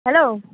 hello